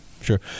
sure